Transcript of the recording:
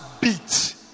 beat